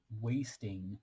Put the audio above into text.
wasting